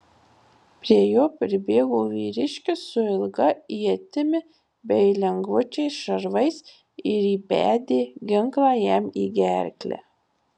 prie jo pribėgo vyriškis su ilga ietimi bei lengvučiais šarvais ir įbedė ginklą jam į gerklę